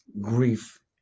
grief